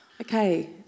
Okay